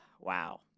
Wow